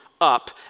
up